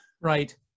Right